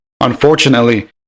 unfortunately